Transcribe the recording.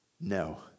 No